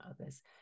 others